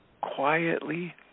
quietly